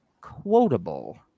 quotable